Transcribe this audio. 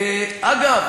אגב,